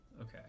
Okay